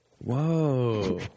Whoa